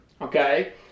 Okay